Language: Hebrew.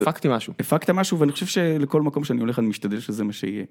הפקתי משהו. הפקת משהו ואני חושב שלכל מקום שאני הולך אני משתדל שזה מה שיהיה.